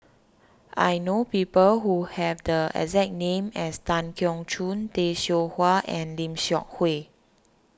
I know people who have the exact name as Tan Keong Choon Tay Seow Huah and Lim Seok Hui